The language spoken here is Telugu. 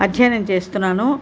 అధ్యయనం చేస్తున్నాను